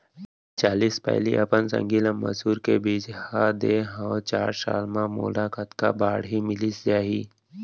मैं चालीस पैली अपन संगी ल मसूर के बीजहा दे हव चार साल म मोला कतका बाड़ही मिलिस जाही?